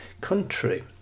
country